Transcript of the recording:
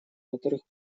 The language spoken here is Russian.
которых